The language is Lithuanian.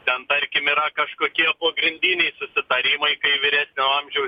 ten tarkim yra kažkokie pogrindiniai susitarimai kai vyresnio amžiaus